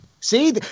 See